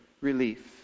relief